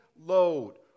load